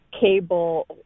cable